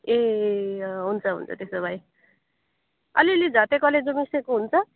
ए हुन्छ हुन्छ त्यसो भए अलि अलि जाँते कलेजो मिसिएको हुन्छ